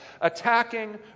attacking